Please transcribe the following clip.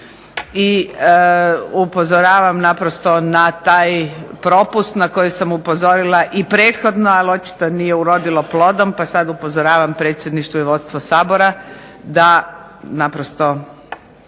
I upozoravam naprosto na taj propust na koji sam upozorila i prethodno, ali očito nije urodilo plodom pa sad upozoravam Predsjedništvo i vodstvo Sabora da naprosto